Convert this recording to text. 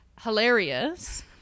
hilarious